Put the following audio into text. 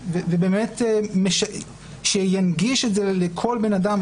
ובאמת שינגיש את זה לכל בן אדם,